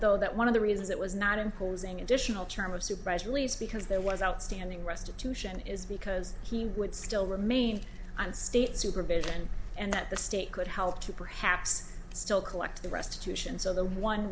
though that one of the reasons it was not imposing additional term of supervised release because there was outstanding restitution is because he would still remain on state supervision and that the state could help to perhaps still collect the restitution so the one